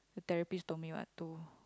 the therapist told me what to